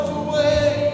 away